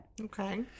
Okay